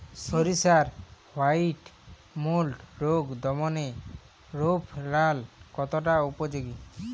সরিষার white mould রোগ দমনে রোভরাল কতটা উপযোগী?